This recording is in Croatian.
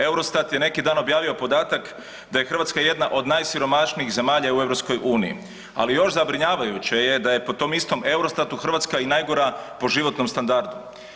EUROSTAT je neki dan objavio podatak da je Hrvatska jedna od najsiromašnijih zemalja u EU, ali još zabrinjavajuće je da je po tom istom EUROSTAT-u Hrvatska i najgora po životnom standardu.